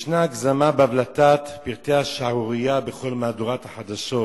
יש הגזמה בהבלטת פרטי השערורייה בכל מהדורות החדשות,